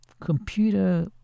computer